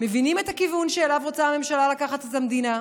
מבינים את הכיוון שאליו רוצה הממשלה לקחת את המדינה,